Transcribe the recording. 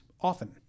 often